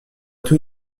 tout